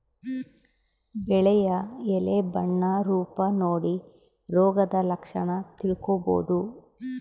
ಬೆಳೆಯ ಎಲೆ ಬಣ್ಣ ರೂಪ ನೋಡಿ ರೋಗದ ಲಕ್ಷಣ ತಿಳ್ಕೋಬೋದು